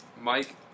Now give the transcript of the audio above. Mike